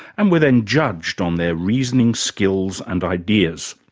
and were then judged on their reasoning skills and ideas.